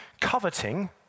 Coveting